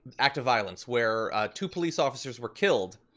act of violence where two police officers were killed.